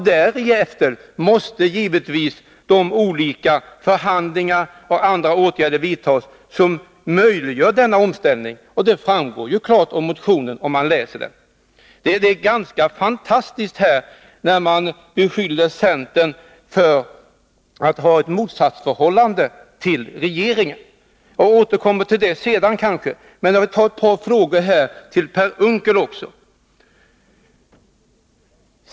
Därefter måste givetvis förhandlingar föras och åtgärder vidtas som möjliggör denna omställning. Det framgår klart av motionen om man läser den. Det är ganska fantastiskt när man i debatten beskyller centern för att stå i motsatsförhållande till regeringen. Jag återkommer till det senare, men först vill jag svara Per Unckel.